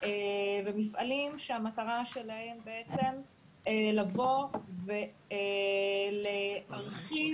ומפעלים שהמטרה שלהם בעצם לבוא ולהרחיב